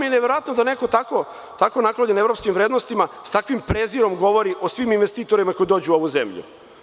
Neverovatno da neko tako naklonjen evropskim vrednostima sa takvim prezirom govori o svim investitorima koji dolaze u ovu zemlju.